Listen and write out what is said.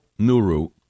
Nuru